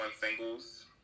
singles